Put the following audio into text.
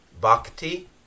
Bhakti